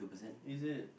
is it